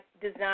design